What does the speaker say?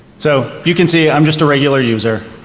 so, you can see i'm just a regular user,